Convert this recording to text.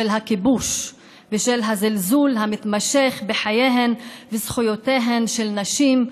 של הכיבוש ושל הזלזול המתמשך בחייהן ובזכויותיהן של נשים,